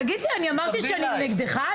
תגיד לי, אמרתי שאני נגדך?